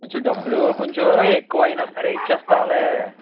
కొంచం డబ్బులు కొంచం ఎక్కువయినా సరే ఇచ్చేస్తాంలే